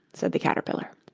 said the caterpillar.